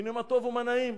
הנה מה טוב ומה נעים.